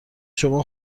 شما